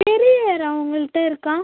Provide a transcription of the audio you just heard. பெரிய இறா உங்ககிட்ட இருக்கா